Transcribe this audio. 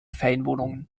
ferienwohnungen